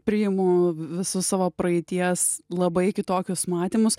priimu visus savo praeities labai kitokius matymus